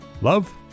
Love